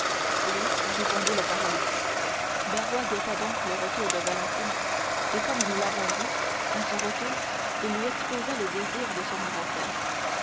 oui répondit le paralytique barrois guetta donc le retour de valentine et comme nous l'avons vu à son retour il lui exposa le désir de son grand-père